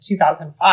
2005